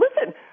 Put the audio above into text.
listen